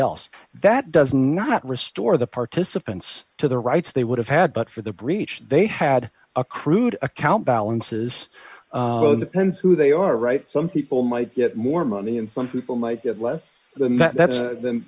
else that does not restore the participants to the rights they would have had but for the breach they had accrued account balances so the pens who they are right some people might get more money and some people might get less than tha